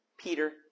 Peter